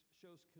shows